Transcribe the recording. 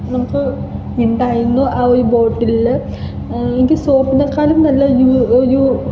നമുക്ക് ഉണ്ടായിരുന്നു ആ ഒരു ബോട്ടിലിൽ എനിക്ക് സോപ്പിനെക്കാളും നല്ല യൂ യൂ